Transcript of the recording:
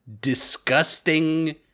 disgusting